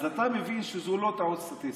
אז אתה מבין שזו לא טעות סטטיסטית,